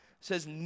says